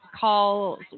calls